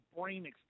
brain